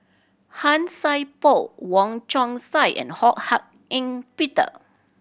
Han Sai Por Wong Chong Sai and Ho Hak Ean Peter